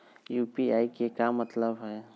UPI के का मतलब हई?